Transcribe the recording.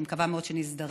ואני מקווה מאוד שנזדרז,